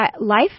life